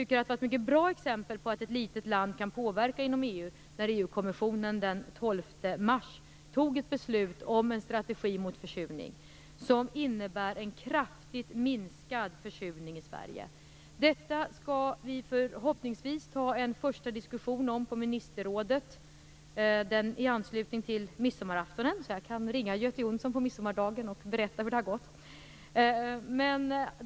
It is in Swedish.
Ett mycket bra exempel på att ett litet land kan påverka inom EU var när EU-kommissionen den 12 mars fattade beslut om en strategi mot försurning som innebär en kraftigt minskad försurning i Sverige. Detta skall vi förhoppningsvis föra en första diskussion om i ministerrådet i anslutning till midsommaraftonen. Jag kan alltså ringa Göte Jonsson på midsommardagen och berätta hur det har gått.